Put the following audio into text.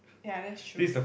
ya thats true